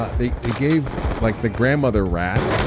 ah they they gave like the grandmother rat